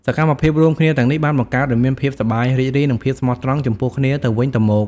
សកម្មភាពរួមគ្នាទាំងនេះបានបង្កើតឱ្យមានភាពសប្បាយរីករាយ និងភាពស្មោះត្រង់ចំពោះគ្នាទៅវិញទៅមក។